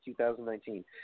2019